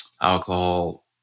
alcohol